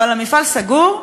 אבל המפעל סגור,